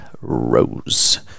rose